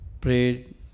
prayed